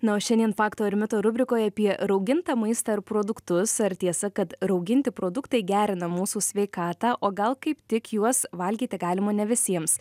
na o šiandien faktų ar mitų rubrikoje apie raugintą maistą ir produktus ar tiesa kad rauginti produktai gerina mūsų sveikatą o gal kaip tik juos valgyti galima ne visiems